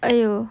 !aiyo!